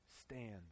stands